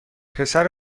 پسر